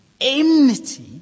enmity